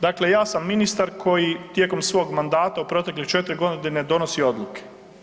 Dakle, ja sam ministar koji tijekom svog mandata u proteklih 4 godine donosi odluke.